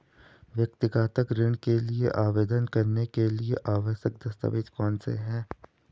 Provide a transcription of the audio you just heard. व्यक्तिगत ऋण के लिए आवेदन करने के लिए आवश्यक दस्तावेज़ कौनसे हैं?